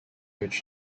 which